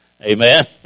Amen